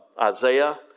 Isaiah